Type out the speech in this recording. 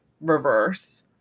reverse